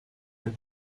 and